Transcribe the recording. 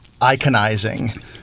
iconizing